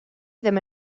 ddim